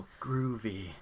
groovy